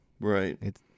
Right